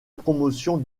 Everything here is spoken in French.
promotion